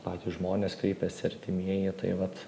patys žmonės kreipiasi artimieji tai vat